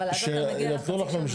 אבל ידוע לכם,